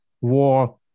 war